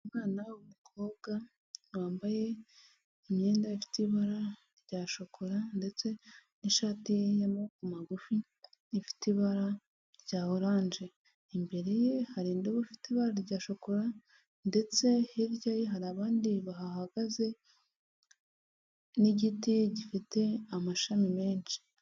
Umwana w'umukobwa wambaye imyenda ifite ibara rya shokora ndetse n'ishati y'amaboko magufi ifite ibara rya orange imbere ye hari indobo ifite ibara rya shokora ndetse hirya ye hari abandi bahagaze n'igiti gifite amashami menshi.